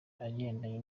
agendanye